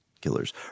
killers